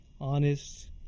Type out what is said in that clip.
honest